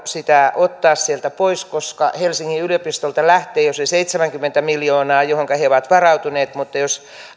niitä ottaa sieltä pois koska helsingin yliopistolta lähtee jo se seitsemänkymmentä miljoonaa johonka he ovat varautuneet mutta jos